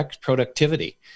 productivity